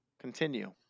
Continue